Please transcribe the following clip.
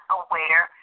aware